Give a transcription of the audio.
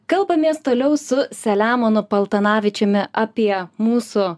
kalbamės toliau su selemonu paltanavičiumi apie mūsų